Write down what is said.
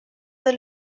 del